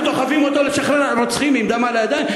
אנחנו דוחפים אותו לשחרר רוצחים עם דם על הידיים?